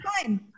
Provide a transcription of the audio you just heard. fine